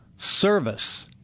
service